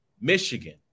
Michigan